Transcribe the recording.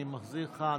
אני מחזיר לך,